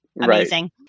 Amazing